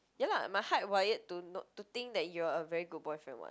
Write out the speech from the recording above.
ya lah my heart wired to know to think that you are a very good boyfriend [what]